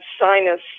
sinus